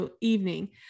evening